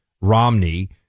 Romney